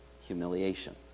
humiliation